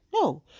No